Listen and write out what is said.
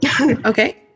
Okay